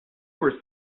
were